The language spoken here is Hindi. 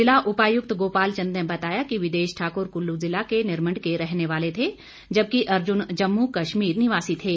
जिला उपायुक्त गोपालचंद ने बताया कि विदेश ठाकुर कुल्लू जिला के निरमंड के रहने वाले थे जबकि अर्जुन जम्मू कश्मीर निवासी थे